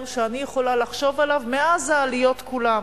שאני יכולה לחשוב עליו מאז העליות כולן,